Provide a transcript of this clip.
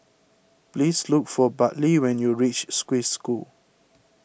please look for Bartley when you reach Swiss School